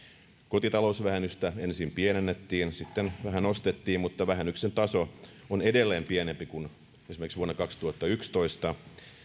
kotitalousvähennystä ensin pienennettiin sitten vähän nostettiin mutta vähennyksen taso on edelleen pienempi kuin esimerkiksi vuonna kaksituhattayksitoista